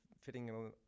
fitting